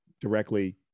directly